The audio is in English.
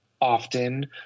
often